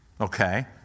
Okay